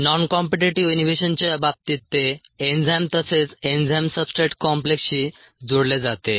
non competitive इनहिबिशनच्या बाबतीत ते एन्झाइम तसेच एन्झाइम सबस्ट्रेट कॉम्प्लेक्सशी जोडले जाते